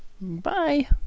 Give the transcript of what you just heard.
Bye